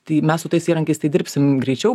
tai mes su tais įrankiais tai dirbsim greičiau